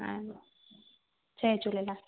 हा जय झूलेलाल